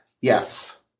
Yes